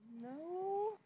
No